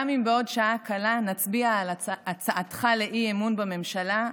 גם אם בעוד שעה קלה נצביע על הצעתך לאי-אמון בממשלה,